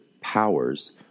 powers